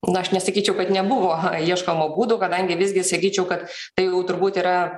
na aš nesakyčiau kad nebuvo ieškoma būdų kadangi visgi sakyčiau kad tai jau turbūt yra